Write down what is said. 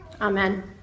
Amen